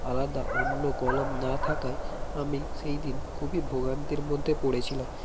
আলাদা অন্য কলম না থাকায় আমি সেই দিন খুবই ভোগান্তির মধ্যে পড়েছিলাম